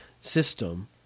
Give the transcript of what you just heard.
system